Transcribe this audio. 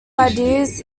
ideas